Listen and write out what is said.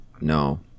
no